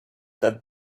that